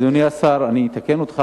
אדוני השר, אני אתקן אותך.